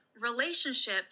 relationship